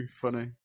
funny